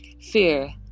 fear